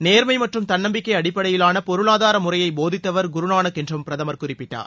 நேர்மை மற்றும் தன்னம்பிக்கை அடிப்படையிலாள பொருளாதார முறையை போதித்தவர் குருநானக் என்றும் பிரதமர் குறிப்பிட்டார்